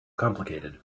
complicated